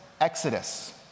Exodus